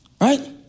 Right